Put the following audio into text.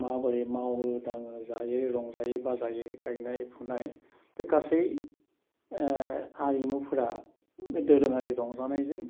माब्रै मावो दाङो जायो रंजायो बाजायो गायनाइ फुनाय बे गासै आरिमुफोरा बे दोरोङारि रंजानायजों